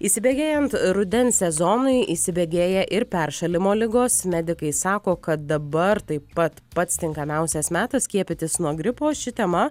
įsibėgėjant rudens sezonui įsibėgėja ir peršalimo ligos medikai sako kad dabar taip pat pats tinkamiausias metas skiepytis nuo gripo ši tema